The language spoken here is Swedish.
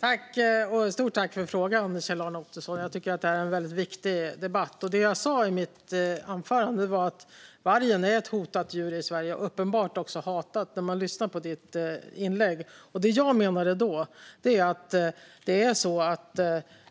Fru talman! Ett stort tack för frågan, Kjell-Arne Ottosson! Jag tycker att detta är en väldigt viktig debatt. Det som jag sa i mitt anförande var att vargen är ett hotat djur i Sverige och uppenbart också hatat, när man lyssnar på ditt inlägg. Det som jag menade då är att